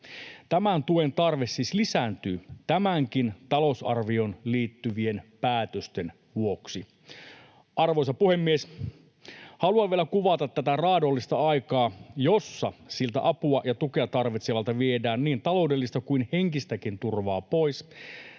Tämän tuen tarve siis lisääntyy talousarvioon liittyvien päätösten vuoksi. Arvoisa puhemies! Haluan vielä kuvata tätä raadollista aikaa, jossa siltä apua ja tukea tarvitsevalta viedään niin taloudellista kuin henkistäkin turvaa pois.